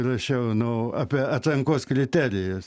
rašiau nu apie atrankos kriterijus